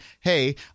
hey